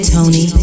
Tony